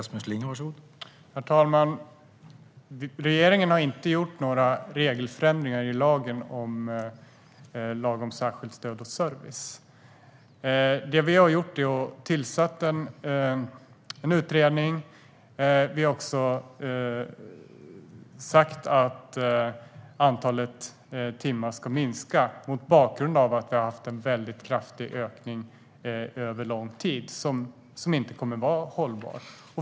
Herr talman! Regeringen har inte gjort några regeländringar i lagen om särskilt stöd och service. Det vi har gjort är att tillsätta en utredning. Vi har också sagt att antalet timmar ska minska mot bakgrund av att vi har haft en kraftig ökning över lång tid som inte kommer att vara hållbar.